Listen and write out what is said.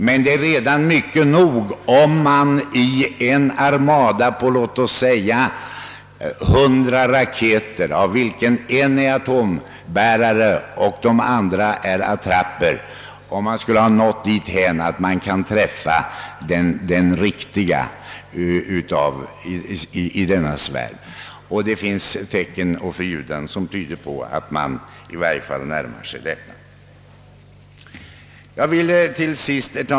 Men det är mycket nog om man i en armada på låt oss säga 100 robotar, av vilka en är atombärare och de övriga attrapper, kan träffa den riktiga raketen. Och det finns tecken och förljudanden som tyder på att man i varje fall närmar sig detta.